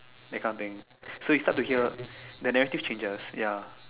that kind of thing so you start to hear when everything changes ya